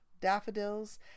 daffodils